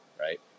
Right